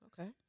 Okay